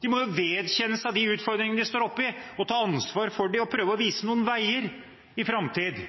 De må jo vedkjenne seg de utfordringene de står oppe i, ta ansvar for dem og prøve å vise noen veier inn i framtiden.